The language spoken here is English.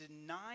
denied